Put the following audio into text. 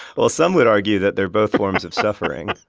well, some would argue that they're both forms of suffering.